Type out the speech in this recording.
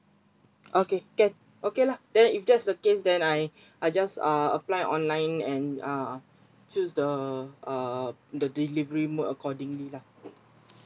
okay can okay lah then if that's the case then I I just uh apply online and uh choose the uh the delivery accordingly lah